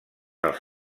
els